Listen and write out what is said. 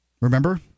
Remember